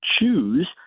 choose